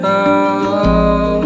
out